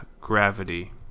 Gravity